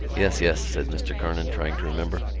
yes, yes, said mr. kernan, trying to remember.